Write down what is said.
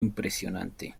impresionante